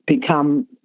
become